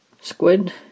squid